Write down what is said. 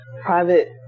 private